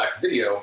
video